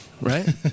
right